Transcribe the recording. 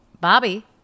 Bobby